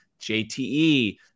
JTE